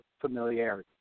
familiarity